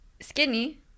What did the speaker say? skinny